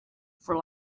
for